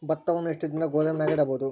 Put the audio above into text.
ಭತ್ತವನ್ನು ಎಷ್ಟು ದಿನ ಗೋದಾಮಿನಾಗ ಇಡಬಹುದು?